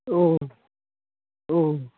औ औ